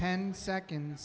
ten seconds